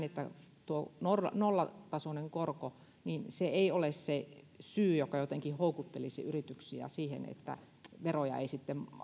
että tuo nollatasoinen korko ei ole se syy joka jotenkin houkuttelisi yrityksiä siihen että veroja ei sitten